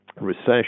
recession